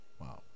wow